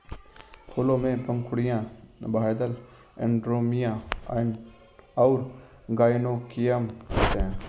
फूलों में पंखुड़ियाँ, बाह्यदल, एंड्रोमियम और गाइनोइकियम होते हैं